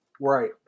Right